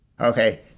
Okay